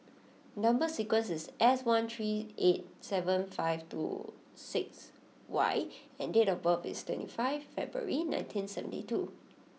number sequence is S one three eight seven five two six Y and date of birth is twenty five February nineteen seventy two